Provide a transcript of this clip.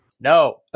No